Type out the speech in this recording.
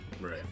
Right